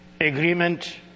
agreement